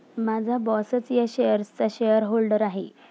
माझा बॉसच या शेअर्सचा शेअरहोल्डर आहे